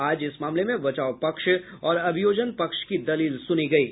आज इस मामले में बचाव पक्ष और अभियोजन पक्ष की दलील सुनी गयी